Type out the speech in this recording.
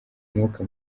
umwuka